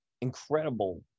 incredible